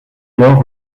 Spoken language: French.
lors